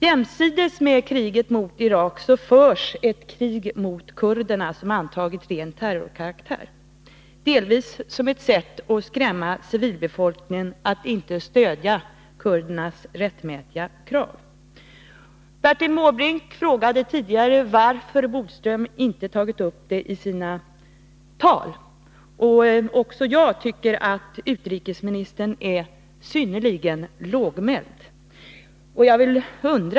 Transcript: Jämsides med kriget mot Irak förs ett krig mot kurderna, vilket fått ren terrorkaraktär. I viss utsträckning gäller det att skrämma civilbefolkningen attinte stödja kurderna i deras kamp för sina rättmätiga krav. Bertil Måbrink frågade nyss Lennart Bodström varför han inte tagit upp detta i sina tal. Också jag tycker att utrikesministern här är synnerligen lågmäld.